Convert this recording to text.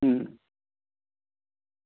હમ